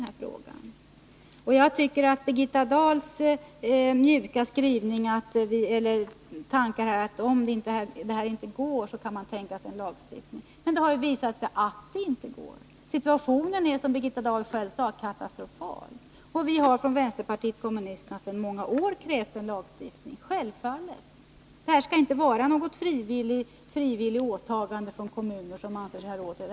Birgitta Dahl talade för en mjuk linje — om det inte går med överenskommelser kan man tänka sig en lagstiftning. Men det har ju visat sig att det inte går. Situationen är som Birgitta Dahl själv sade katastrofal. Vi har från vänsterpartiet kommunisterna sedan många år krävt en lagstiftning. Här skall det inte vara några frivilliga åtaganden från kommuner som anser sig ha råd med en utbyggnad.